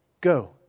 go